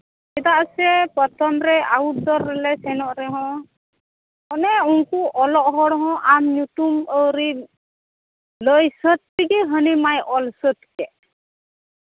ᱪᱮᱫᱟᱜ ᱥᱮ ᱯᱨᱚᱛᱷᱚᱢ ᱨᱮ ᱟᱣᱩᱴᱰᱳᱨ ᱨᱮᱞᱮ ᱥᱮᱱᱚᱜ ᱨᱮᱦᱚᱸ ᱚᱱᱮ ᱩᱝᱠᱩ ᱚᱞᱚᱜ ᱦᱚᱲ ᱦᱚᱸ ᱟᱢ ᱧᱩᱛᱩᱢ ᱟᱹᱣᱨᱤᱢ ᱞᱟᱹᱭ ᱥᱟᱹᱛ ᱛᱮᱜᱮ ᱦᱟᱹᱱᱤᱢᱟᱭ ᱚᱞ ᱥᱟᱹᱛ ᱠᱮᱫ